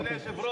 מי שנתן את האות